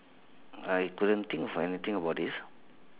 I couldn't think of anything about this